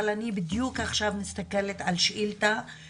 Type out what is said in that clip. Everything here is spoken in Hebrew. אבל אני בדיוק עכשיו מסתכלת על תשובה